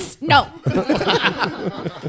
no